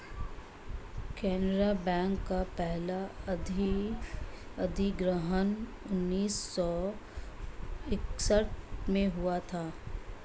केनरा बैंक का पहला अधिग्रहण उन्नीस सौ इकसठ में हुआ था